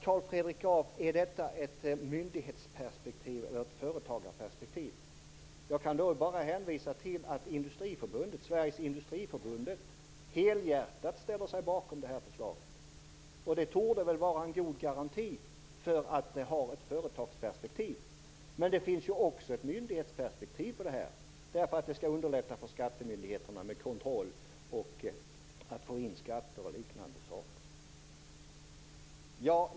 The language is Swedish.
Carl Fredrik Graf frågar om det är ett myndighetsperspektiv eller ett företagarperspektiv. Jag kan då bara hänvisa till att Sveriges Industriförbund helhjärtat ställer sig bakom det här förslaget. Det torde väl vara en god garanti för att det har ett företagsperspektiv. Men det finns ju också ett myndighetsperspektiv i och med att det skall underlätta skattemyndigheternas kontroll, hjälpa dem att få in skatter och liknande saker.